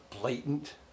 blatant